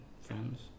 friends